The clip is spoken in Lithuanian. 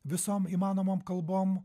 visom įmanomom kalbom